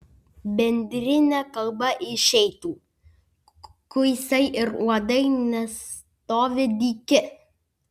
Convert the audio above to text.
bendrine kalba išeitų kuisiai ir uodai nestovi dyki